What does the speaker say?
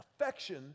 affection